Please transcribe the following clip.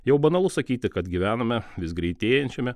jau banalu sakyti kad gyvename vis greitėjančiame